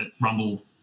Rumble